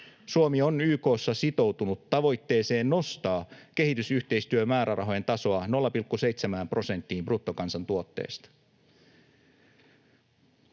Suomi on YK:ssa sitoutunut tavoitteeseen nostaa kehitysyhteistyömäärärahojen tasoa 0,7 prosenttiin bruttokansantuotteesta.